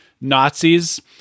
Nazis